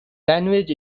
language